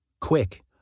Quick